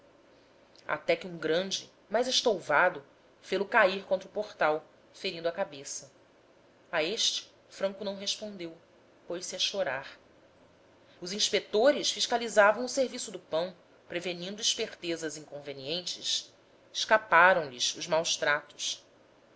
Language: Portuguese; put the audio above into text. até que um grande mais estouvado fê-lo cair contra o portal ferindo a cabeça a este franco não respondeu pôs-se a chorar os inspetores fiscalizavam o serviço do pão prevenindo espertezas inconvenientes escaparam lhes os maus tratos